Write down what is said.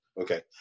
okay